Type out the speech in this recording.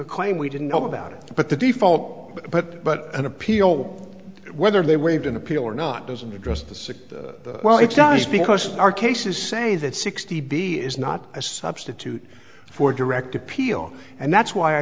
a claim we didn't know about it but the default but but an appeal whether they waived an appeal or not doesn't address the six well it's just because our cases say that sixty b is not a substitute for direct appeal and that's why i